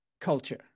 culture